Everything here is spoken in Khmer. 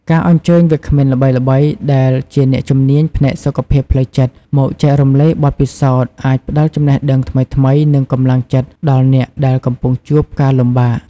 ការអញ្ជើញវាគ្មិនល្បីៗដែលជាអ្នកជំនាញផ្នែកសុខភាពផ្លូវចិត្តមកចែករំលែកបទពិសោធន៍អាចផ្ដល់ចំណេះដឹងថ្មីៗនិងកម្លាំងចិត្តដល់អ្នកដែលកំពុងជួបការលំបាក។